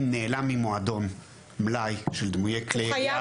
אם נעלם ממועדון מלאי של דמויי כלי ירייה